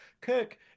Kirk